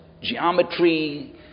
Geometry